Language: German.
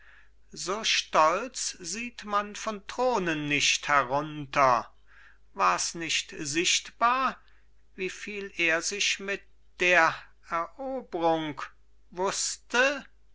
so stolz sieht man von thronen nicht herunter wars nicht sichtbar wieviel er sich mit der erobrung wußte